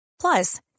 Plus